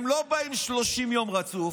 הם לא באים 30 יום רצוף,